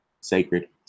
sacred